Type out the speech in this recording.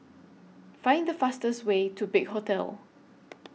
Find The fastest Way to Big Hotel